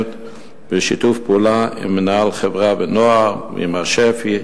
בשיתוף פעולה עם מינהל חברה ונוער ועם שפ"י.